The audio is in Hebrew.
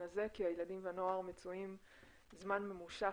הזה כי הילדים והנוער מצויים זמן ממושך,